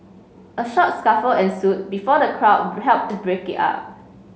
a short scuffle ensue before the crowd help to break it up